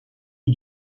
für